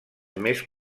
més